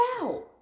out